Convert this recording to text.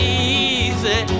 easy